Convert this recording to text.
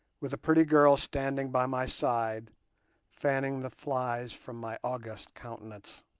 with a pretty girl standing by my side fanning the flies from my august countenance.